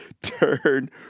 turn